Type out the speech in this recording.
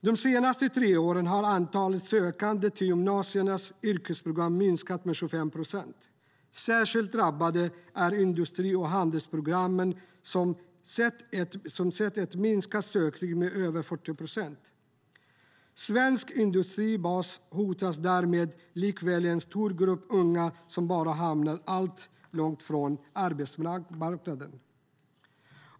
De senaste tre åren har antalet sökande till gymnasiernas yrkesprogram minskat med 25 procent. Särskilt drabbade är industri och handelsprogrammen som sett att sökandeantalet minskat med över 40 procent. Svensk industribas hotas därmed likaväl som en stor grupp unga som bara hamnar allt längre från arbetsmarknaden.